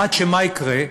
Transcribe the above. עד שמה יקרה?